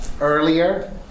earlier